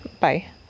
Bye